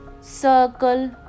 circle